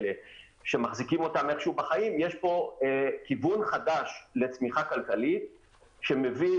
שמחזיקים אותם איכשהו בחיים יש פה כיוון חדש לצמיחה כלכלית שמביא,